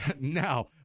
Now